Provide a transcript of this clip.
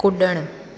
कुड॒णु